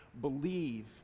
believe